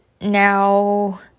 now